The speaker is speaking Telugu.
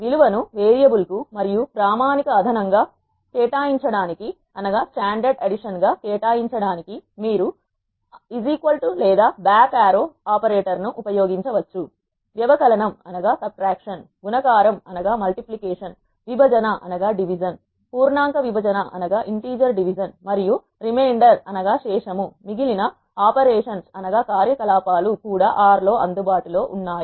విలువను వేరియబుల్ కు మరియు ప్రామాణిక అదనం గా కేటాయించడానికి మీరు లేదా బ్యాక్ ఆరో ను ఉపయోగించవచ్చు వ్యవకలనం గుణకారం విభజన పూర్ణాంక విభజన మరియు శేషము మిగిలిన కార్యకలాపాలు కూడా R లో అందుబాటులో ఉన్నాయి